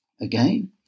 again